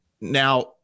Now